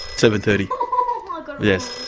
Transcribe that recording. seven. thirty yes.